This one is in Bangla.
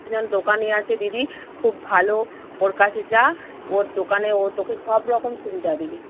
একজন দোকানি আছে দিদি খুব ভালো ওর কাছে যা ওর দোকানে ও তোকে সব রকম সুবিধা দেবে